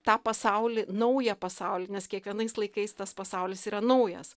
tą pasaulį naują pasaulį nes kiekvienais laikais tas pasaulis yra naujas